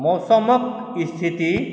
मौसमक स्थिति